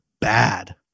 bad